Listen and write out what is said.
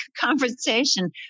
conversation